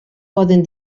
poden